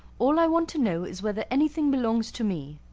all i want to know is whether anything belongs to me.